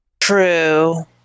True